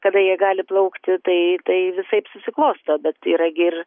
kada jie gali plaukti tai tai visaip susiklosto bet yra gi ir